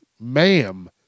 ma'am